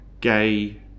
gay